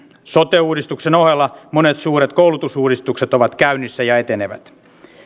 sote uudistuksen ohella monet suuret koulutusuudistukset ovat käynnissä ja etenevät